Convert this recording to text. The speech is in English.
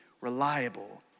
reliable